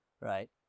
right